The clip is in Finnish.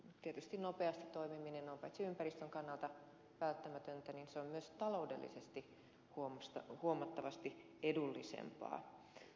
tietysti nopeasti toimiminen on paitsi ympäristön kannalta välttämätöntä myös taloudellisesti huomattavasti edullisempaa